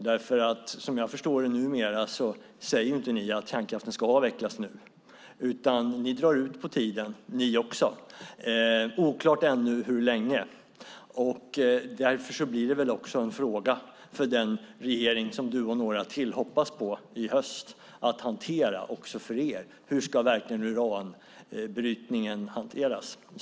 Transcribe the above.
Som jag numera förstår er säger ni ju inte att kärnkraften ska avvecklas nu, utan också ni drar ut på tiden - oklart ännu hur länge. Därför blir väl också detta en fråga att hantera för den regering som du och några till hoppas på i höst. Hur ska alltså uranbrytningen hanteras?